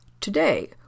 today